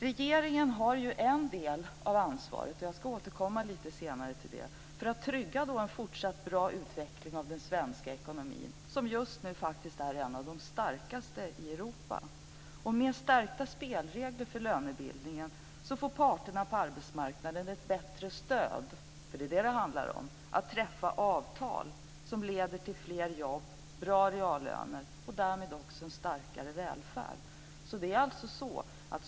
Regeringen har ju en del av ansvaret för att trygga en fortsatt bra utveckling av den svenska ekonomin som just nu faktiskt är en av de starkaste i Europa, och jag ska återkomma lite senare till det. Med stärkta spelregler för lönebildningen får parterna på arbetsmarknaden ett bättre stöd - för det är detta det handlar om - att träffa avtal som leder till fler jobb, bra reallöner och därmed också en starkare välfärd.